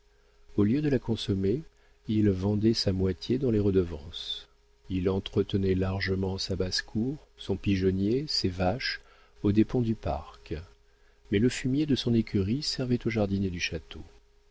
au lieu de la consommer il vendait sa moitié dans les redevances il entretenait largement sa basse-cour son pigeonnier ses vaches aux dépens du parc mais le fumier de son écurie servait aux jardiniers du château